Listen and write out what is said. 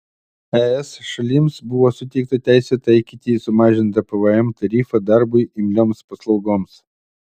es šalims buvo suteikta teisė taikyti sumažintą pvm tarifą darbui imlioms paslaugoms